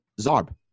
Zarb